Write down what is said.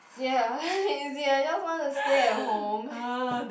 ya is ya yours just want to stay at home